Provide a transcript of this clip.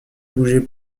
bougeait